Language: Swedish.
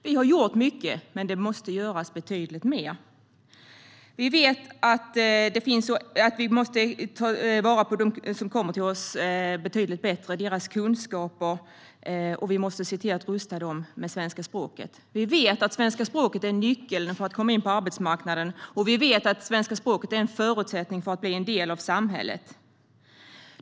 Vi har gjort mycket, men det måste göras betydligt mer. Vi vet att vi måste ta emot dem som kommer till oss betydligt bättre och ta till vara deras kunskaper, och vi måste se till att rusta dem med svenska språket. Vi vet att svenska språket är nyckeln för att komma in på arbetsmarknaden och en förutsättning för att bli en del av samhället.